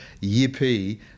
yippee